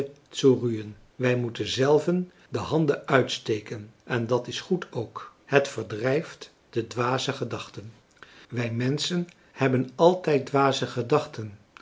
ruhn wij moeten zelven de handen uitsteken en dat is goed ook het verdrijft de dwaze gedachten wij menschen hebben altijd dwaze gedachten